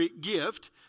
gift